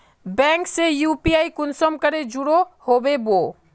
Bank से UPI कुंसम करे जुड़ो होबे बो?